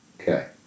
Okay